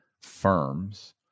firms